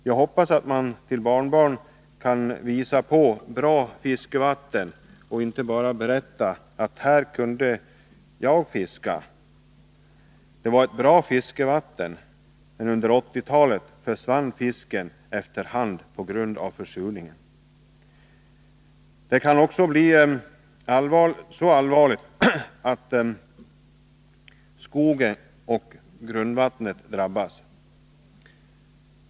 Jag hoppas att man till barnbarn kan visa på bra fiskevatten och inte bara berätta att här kunde jag fiska, det var ett bra fiskevatten, men under 1980-talet försvann fisken efter hand på grund av försurningen. Det kan också bli så allvarligt att skogen och grundvattnet drabbas.